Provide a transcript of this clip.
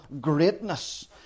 greatness